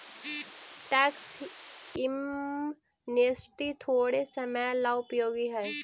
tax amnesty थोड़े समय ला उपयोगी हई